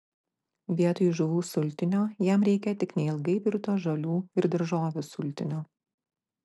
vietoj žuvų sultinio jam reikia tik neilgai virto žolių ir daržovių sultinio